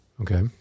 Okay